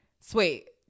Sweet